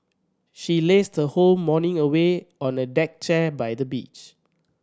she lazed her whole morning away on a deck chair by the beach